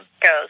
goes